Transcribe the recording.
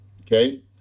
okay